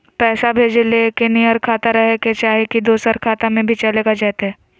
पैसा भेजे ले एके नियर खाता रहे के चाही की दोसर खाता में भी चलेगा जयते?